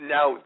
Now